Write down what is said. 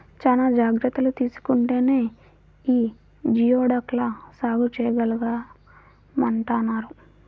చానా జాగర్తలు తీసుకుంటేనే యీ జియోడక్ ల సాగు చేయగలమంటన్నారు